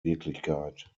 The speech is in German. wirklichkeit